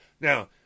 Now